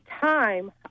time